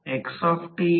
तर उर्जा तोटा 5 0